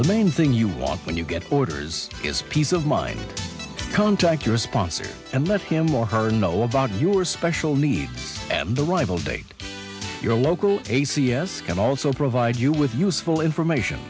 the main thing you want when you get orders is peace of mind contact your response and let him or her know about your special needs at the rival date your local atheists can also provide you with useful information